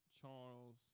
Charles